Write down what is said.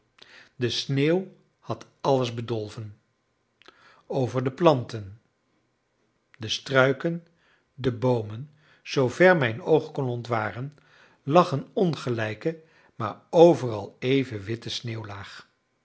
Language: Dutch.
de sneeuw had alles bedolven over de planten de struiken de boomen zoo ver mijn oog kon ontwaren lag een ongelijke maar overal even witte